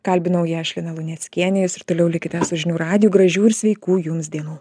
kalbinau ją aš lina luneckienė jūs ir toliau likite su žinių radiju gražių ir sveikų jums dienų